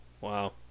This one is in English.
Wow